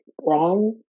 wrong